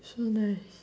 so nice